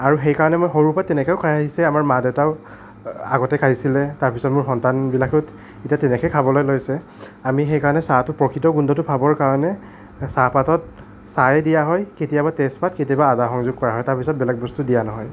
আৰু সেইকাৰণে মই সৰুৰ পৰা তেনেকেই খাই আহিছে আমাৰ মা দেউতাও আগতে খাইছিলে তাৰ পিছত মোৰ সন্তানবিলাকেও এতিয়া তেনেকৈ খাবলৈ লৈছে আমি সেইকাৰণে চাহটো প্ৰকৃত গোন্ধটো পাবৰ কাৰণে চাহপাতত চাহেই দিয়া হয় কেতিয়া তেজপাত কেতিয়াবা আদা সংযোগ কৰা হয় তাৰ পিছত বেলেগ বস্তু দিয়া নহয়